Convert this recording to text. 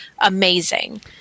amazing